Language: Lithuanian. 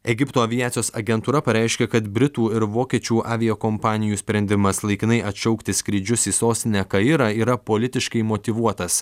egipto aviacijos agentūra pareiškė kad britų ir vokiečių aviakompanijų sprendimas laikinai atšaukti skrydžius į sostinę kairą yra politiškai motyvuotas